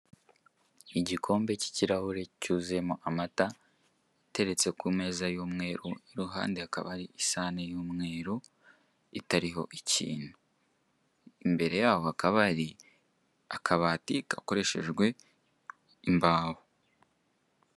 Igikombe k'ikirahure cyuzuyemo amata ateretse ku meza y'umweru iruhanda hakaba hari isahani y'umweru itariho ikintu imbere yaho hakaba hari akabati gakoreshejwe imbaho.